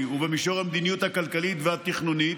ובמישור המדיניות הכלכלית והתכנונית,